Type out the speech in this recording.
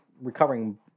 recovering